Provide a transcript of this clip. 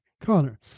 Connor